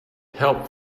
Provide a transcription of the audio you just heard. help